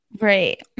Right